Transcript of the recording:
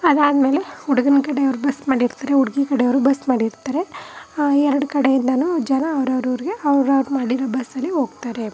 ಅದಾದ್ಮೇಲೆ ಹುಡ್ಗನ ಕಡೆವ್ರು ಬಸ್ ಮಾಡಿರ್ತಾರೆ ಹುಡ್ಗಿ ಕಡೆಯವ್ರು ಬಸ್ ಮಾಡಿರ್ತಾರೆ ಎರಡು ಕಡೆಯಿಂದಲೂ ಜನ ಅವ್ರವ್ರ ಊರಿಗೆ ಅವ್ರವ್ರು ಮಾಡಿರೋ ಬಸ್ಸಲ್ಲಿ ಹೋಗ್ತಾರೆ